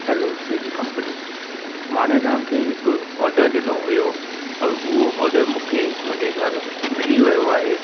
hello Swiggy company माने तव्हांखे हिकु ऑडर ॾिनो हुओ औरि उहो ऑडर मूंखे मुंहिंजे घरु मिली वियो आहे